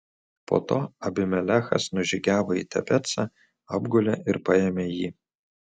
po to abimelechas nužygiavo į tebecą apgulė ir paėmė jį